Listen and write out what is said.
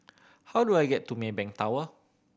how do I get to Maybank Tower